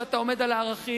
שאתה עומד על הערכים.